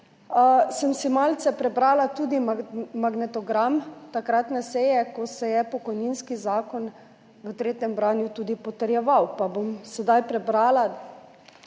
sem si malce prebrala tudi magnetogram takratne seje, ko se je pokojninski zakon v tretjem branju tudi potrjeval. Sedaj bom prebrala